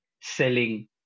selling